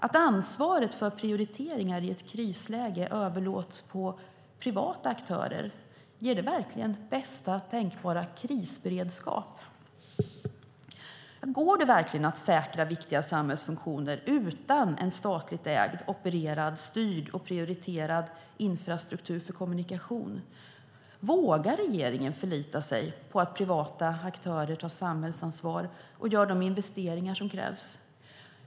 Att ansvaret för prioriteringar i ett krisläge överlåts på privata aktörer, ger det verkligen bästa tänkbara krisberedskap? Går det verkligen att säkra viktiga samhällsfunktioner utan en statligt ägd, opererad, styrd och prioriterad infrastruktur för kommunikation? Vågar regeringen förlita sig på att privata aktörer tar samhällsansvar och gör de investeringar som krävs?